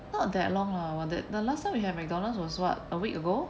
not that long lah but that the last time we have mcdonald's was what a week ago